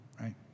right